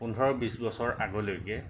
পোন্ধৰ বিছ বছৰ আগলৈকে